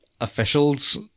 officials